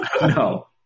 no